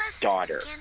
daughter